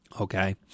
Okay